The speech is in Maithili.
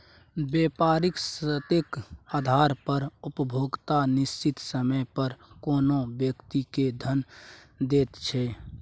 बेपारिक शर्तेक आधार पर उपभोक्ता निश्चित समय पर कोनो व्यक्ति केँ धन दैत छै